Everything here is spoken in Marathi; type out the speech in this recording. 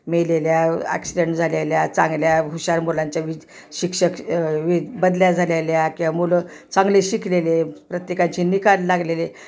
मेलेल्या ॲक्सिडेंट झालेल्या चांगल्या हुशार मुलांच्या विज शिक्षक विज बदल्या झालेल्या किंवा मुलं चांगले शिकलेले प्रत्येकांचे निकाल लागलेले